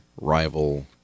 rival